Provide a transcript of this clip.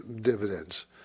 dividends